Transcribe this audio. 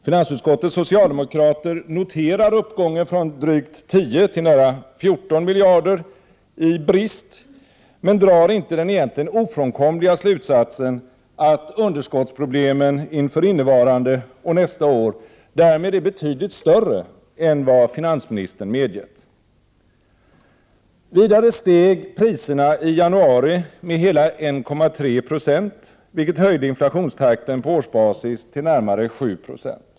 Finansutskottets socialdemokrater noterar uppgången från drygt 10 till nära 14 miljarder i brist, men drar inte den egentligen ofrånkomliga slutsatsen att underskottsproblemen inför innevarande och nästa år därmed är betydligt större än vad finansministern medgett. Vidare steg priserna i januari med hela 1,3 20, vilket höjde inflationstakten på årsbasis till närmare 7 Ze.